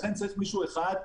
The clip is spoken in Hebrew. לכן, צריך מישהו אחד.